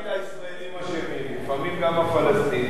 לא תמיד הישראלים אשמים, לפעמים גם הפלסטינים.